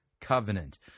covenant